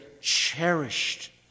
cherished